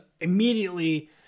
immediately